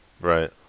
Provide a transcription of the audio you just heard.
Right